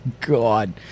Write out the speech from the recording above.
God